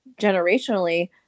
generationally